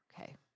Okay